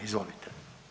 Izvolite.